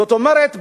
זאת אומרת,